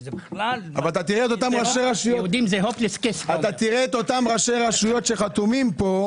שזה בכלל --- אתה רואה את אותם ראשי רשויות שחתומים פה,